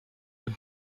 dem